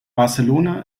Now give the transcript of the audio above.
barcelona